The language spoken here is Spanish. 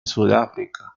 sudáfrica